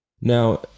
Now